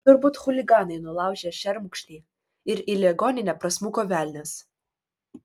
turbūt chuliganai nulaužė šermukšnį ir į ligoninę prasmuko velnias